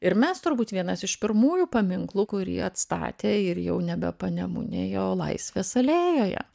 ir mes turbūt vienas iš pirmųjų paminklų kurie atstatė ir jau nebe panemunėje o laisvės alėjoje